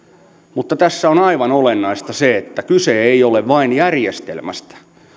mutta tässä on aivan olennaista se että kyse ei ole vain järjestelmästä